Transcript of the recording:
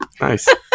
Nice